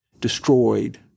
destroyed